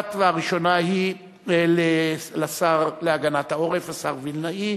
האחת והראשונה, לשר להגנת העורף, השר וילנאי.